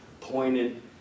pointed